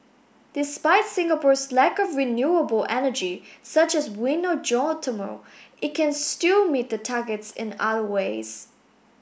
despite Singapore's lack of renewable energy such as wind or geothermal it can still meet the targets in other ways